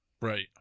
Right